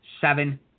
seven